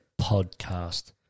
Podcast